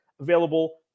Available